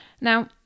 Now